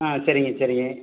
ஆ சரிங்க சரிங்க